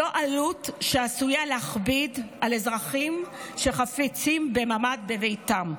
זאת עלות שעשויה להכביד על אזרחים שחפצים בממ"ד בביתם.